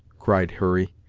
cried hurry,